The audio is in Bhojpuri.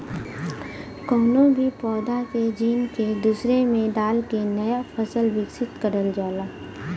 कउनो भी पौधा के जीन के दूसरे में डाल के नया फसल विकसित करल जाला